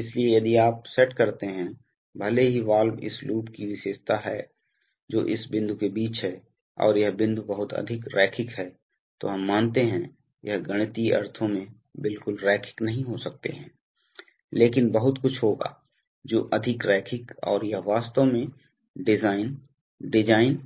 इसलिए यदि आप सेट करते हैं भले ही वाल्व इस लूप की विशेषता है जो इस बिंदु के बीच है और यह बिंदु बहुत अधिक रैखिक है तो हम मानते हैं यह गणितीय अर्थों में बिल्कुल रैखिक नहीं हो सकते हैं लेकिन बहुत कुछ होगा जो अधिक रैखिक और यह वास्तव में डिजाइन डिजाइन